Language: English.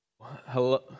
Hello